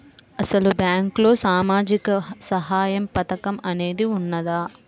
అసలు బ్యాంక్లో సామాజిక సహాయం పథకం అనేది వున్నదా?